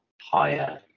higher